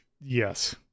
Yes